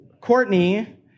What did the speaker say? Courtney